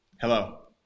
Hello